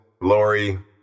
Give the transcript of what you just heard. Lori